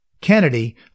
Kennedy